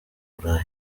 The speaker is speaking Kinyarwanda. buraya